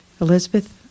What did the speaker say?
Elizabeth